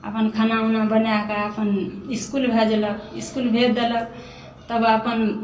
अपन खाना उना बनाकेँ अपन इस्कूल भेजलक इस्कूल भेज देलक तब अपन